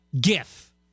gif